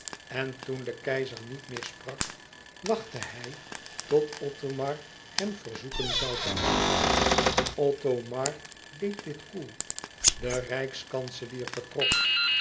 en toen de keizer niet meer sprak wachtte hij tot othomar hem verzoeken zoû te gaan othomar deed dit koel de rijkskanselier vertrok